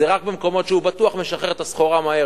זה רק במקומות שהוא בטוח משחרר את הסחורה מהר.